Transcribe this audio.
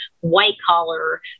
white-collar